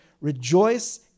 Rejoice